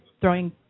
throwing